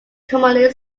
commonly